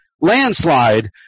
landslide